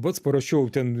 pats parašiau ten